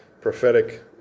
Prophetic